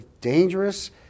dangerous